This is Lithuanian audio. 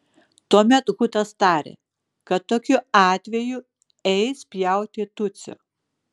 tuomet hutas tarė kad tokiu atveju eis pjauti tutsio